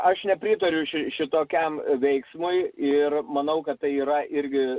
aš nepritariu ši šitokiam veiksmui ir manau kad tai yra irgi